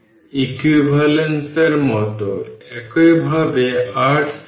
সুতরাং এটি 4 মাইক্রো ফ্যারাডের সমান তাই এর প্যারালাল মানে এটি একটি কম্বিনেশন